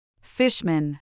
Fishman